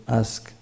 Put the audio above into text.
ask